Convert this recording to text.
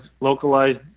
localized